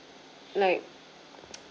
like